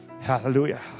Hallelujah